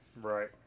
Right